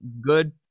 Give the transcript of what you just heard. good